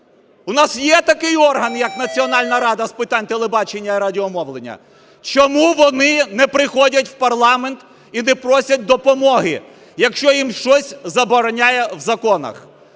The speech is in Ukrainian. У нас є такий орган, як Національна рада з питань телебачення і радіомовлення? Чому вони не приходять в парламент і не просять допомоги, якщо їм щось забороняє в законах?